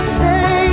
say